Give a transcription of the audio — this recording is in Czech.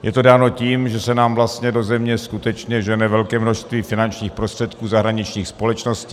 Je to dáno tím, že se nám vlastně do země skutečně žene velké množství finančních prostředků zahraničních společností.